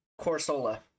Corsola